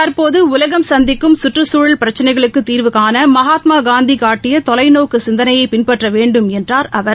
தற்போது உலகம் சந்திக்கும் சுற்றுச்சூழல் பிரச்சனைகளுக்கு தீர்வு காண மகாத்மா காந்திய காட்டிய தொலைநோக்கு சிந்தனை பின்பற்ற வேண்டும் என்றார் அவர்